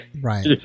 Right